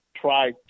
try